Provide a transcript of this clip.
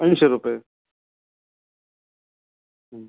ऐंशी रुपये हं